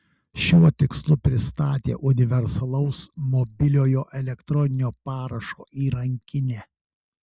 šiuo tikslu pristatė universalaus mobiliojo elektroninio parašo įrankinę